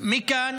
מכאן